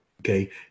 Okay